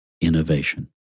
innovation